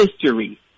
history